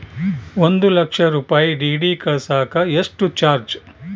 ಒಂದು ಲಕ್ಷ ರೂಪಾಯಿ ಡಿ.ಡಿ ಕಳಸಾಕ ಎಷ್ಟು ಚಾರ್ಜ್?